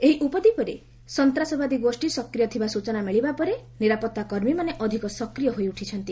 ଏହି ଉପଦ୍ୱୀପରେ ସନ୍ତାସବାଦୀ ଗୋଷୀ ସକ୍ରିୟ ଥିବା ସ୍ଚଚନା ମିଳିବା ପରେ ନିରାପତ୍ତା କର୍ମୀମାନେ ଅଧିକ ସକ୍ରିୟ ହୋଇଉଠିଛନ୍ତି